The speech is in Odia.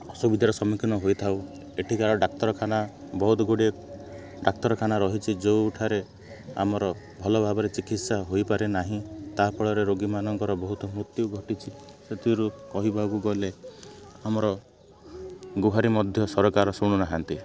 ସୁବିଧାର ସମ୍ମୁଖୀନ ହୋଇଥାଉ ଏଠିକାର ଡାକ୍ତରଖାନା ବହୁତ ଗୁଡ଼ିଏ ଡାକ୍ତରଖାନା ରହିଛି ଯେଉଁଠାରେ ଆମର ଭଲ ଭାବରେ ଚିକିତ୍ସା ହୋଇପାରେ ନାହିଁ ତାହାଫଳରେ ରୋଗୀମାନଙ୍କର ବହୁତ ମୃତ୍ୟୁ ଘଟିଛି ସେଥିରୁ କହିବାକୁ ଗଲେ ଆମର ଗୁହାରି ମଧ୍ୟ ସରକାର ଶୁଣୁନାହାନ୍ତି